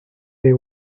they